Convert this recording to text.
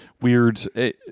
weird